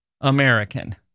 American